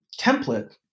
template